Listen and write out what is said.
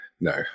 No